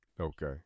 Okay